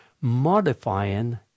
modifying